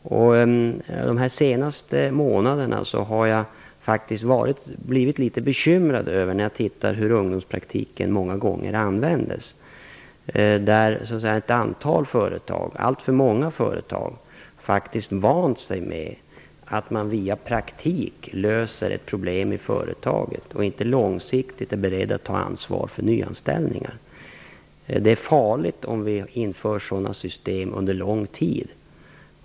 De senaste månaderna har jag faktiskt blivit litet bekymrad när jag har sett hur ungdomspraktiken används många gånger. Ett antal, alltför många, företag har faktiskt vant sig vid att man via praktik löser ett problem i företaget i stället för att långsiktigt vara beredd att ta ansvar för nyanställningar. Det är farligt om vi inför sådana system under lång tid.